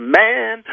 man